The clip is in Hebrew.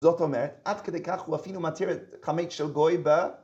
זאת אומרת, עד כדי כך הוא אפילו מתיר את חמץ של גוי בה?